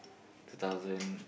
two thousand